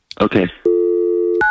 Okay